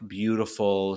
beautiful